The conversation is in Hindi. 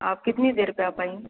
आप कितनी देर पर आ पाएंगी